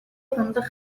хандах